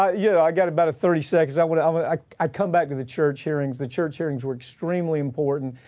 i yeah i got about thirty seconds. i wanna, i wanna i, i come back to the church hearings. the church hearings were extremely important.